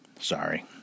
Sorry